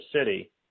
city